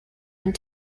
and